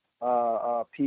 people